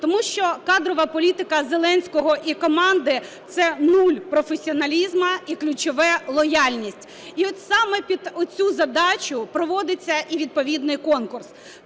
Тому що кадрова політика Зеленського і команди – це нуль професіоналізму і ключове – лояльність. І саме під цю задачу проводиться і відповідний конкурс.